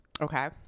Okay